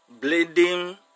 bleeding